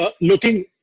looking